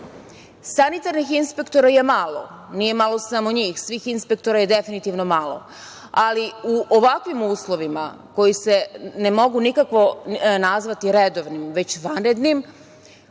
kontrolu. Sanitarnih inspektora je malo, nije malo samo njih, svih inspektora je definitivno malo, ali u ovakvim uslovima koji se ne mogu nikakvo nazvati redovnim već vanrednim,